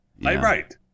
Right